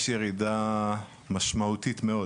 יש ירידה משמעותית מאוד